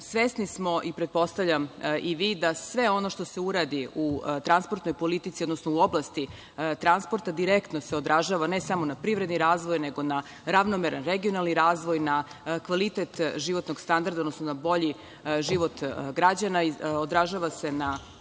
smo i pretpostavljam i vi da sve ono što se uradi u transportnoj politici, odnosno u oblasti transporta direktno se odražava, ne samo na privredni razvoj, nego na ravnomeran regionalni razvoj, na kvalitet životnog standarda, odnosno na bolji život građana i odražava se na